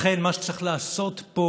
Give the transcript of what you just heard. לכן, מה שצריך לעשות פה